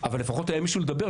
אבל לפחות היה מישהו לדבר איתו.